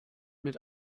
mit